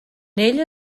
ella